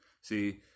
See